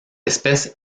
espèce